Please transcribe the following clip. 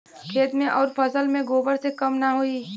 खेत मे अउर फसल मे गोबर से कम ना होई?